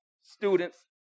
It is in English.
students